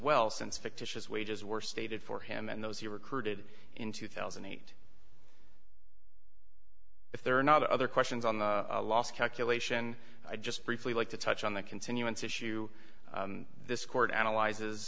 well since fictitious wages were stated for him and those he recruited in two thousand and eight if there are not other questions on the last calculation i just briefly like to touch on the continuance issue this court analyzes